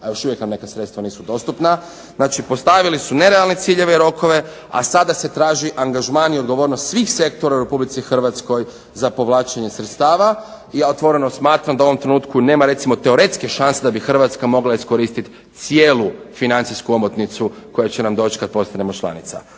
a još uvijek nam neka sredstva nisu dostupna. Znači, postavili su nerealne ciljeve i rokove, a sada se traži angažman i odgovornost svih sektora u RH za povlačenje sredstava. I ja otvoreno smatram da u ovom trenutku nema recimo teoretske šanse da bi Hrvatska mogla iskoristiti cijelu financijsku omotnicu koja će nam doći kad postanemo članica.